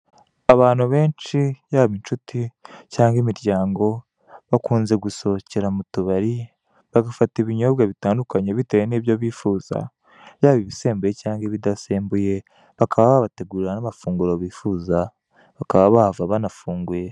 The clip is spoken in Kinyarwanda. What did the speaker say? Abantu benshi, yaba inshuti cyangwa imiryango, bakunze gusohokera mu tubari, bagafata ibinyobwa bitandukanye bitewe n'ibyo bifuza, yaba ibisembuye cyangwa ibidasembuye, bakaba babategurira n'amafunguro bifuza, bakaba bahava banafunguye.